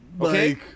Okay